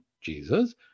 Jesus